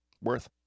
worth